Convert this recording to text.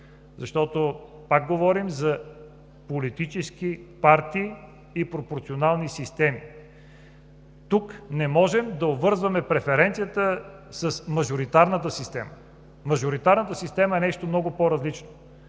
защото пак говорим за политически партии и пропорционални системи. Тук не можем да обвързваме преференцията с мажоритарната система. Мажоритарната система е нещо много по-различно.